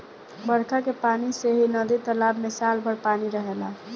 बरखा के पानी से ही नदी तालाब में साल भर पानी रहेला